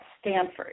Stanford